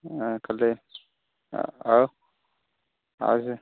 କଲେ ଆଉ ଆଉ ସେ